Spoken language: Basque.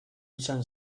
izan